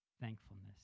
thankfulness